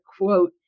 quote